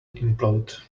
implode